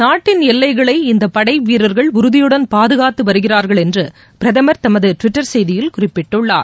நாட்டின் எல்லைகளை இந்த படை வீரர்கள் உறுதியுடன் பாதுகாத்து வருகிறார்கள் என்று பிரதமர் தமது டுவிட்டர் செய்தியில் குறிப்பிட்டுள்ளார்